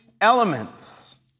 elements